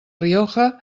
rioja